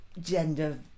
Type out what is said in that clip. gender